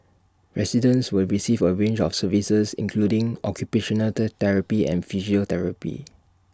residents will receive A range of services including occupational the therapy and physiotherapy